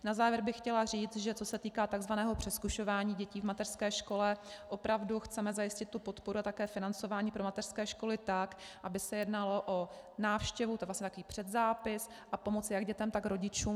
Na závěr bych chtěla říct, že co se týká tzv. přezkušování dětí v mateřské škole, opravdu chceme zajistit podporu a také financování pro mateřské školy tak, aby se jednalo o návštěvu, je to vlastně takový předzápis, a pomoci jak dětem, tak rodičům.